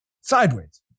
Sideways